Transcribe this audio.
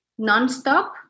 nonstop